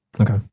Okay